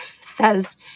says